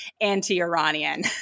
anti-Iranian